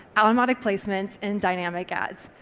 automatic placements, and dynamic ads.